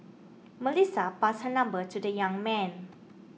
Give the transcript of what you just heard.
Melissa passed her number to the young man